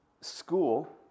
school